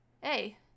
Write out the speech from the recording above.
hey